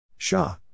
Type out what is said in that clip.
Shah